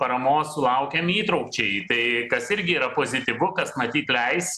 paramos sulaukėm įtraukčiai tai kas irgi yra pozityvu kas matyt leis